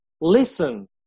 listen